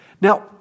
Now